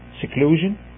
seclusion